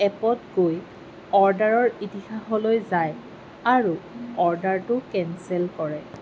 এপত গৈ অৰ্ডাৰৰ ইতিহাসলৈ যায় আৰু অৰ্ডাৰটো কেনচেল কৰে